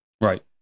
Right